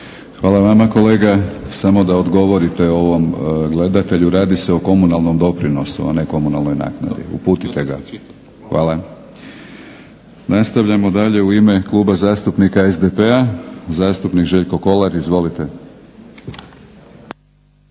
Hvala vama kolega. Samo da odgovorite ovom gledatelju, radi se o komunalnom doprinosu, a ne komunalnoj naknadi, uputite ga. Hvala. Nastavljamo dalje u ime Kluba zastupnika SDP-a. Zastupnik Željko Kolar, izvolite.